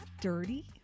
dirty